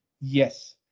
Yes